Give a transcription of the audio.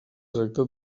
tracta